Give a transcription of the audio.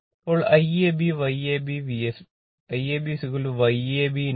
ഇപ്പോൾ IabYab Vfg